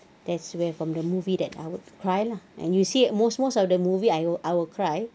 that's where from the movie that I would cry lah and you see most most of the movie I will I will cry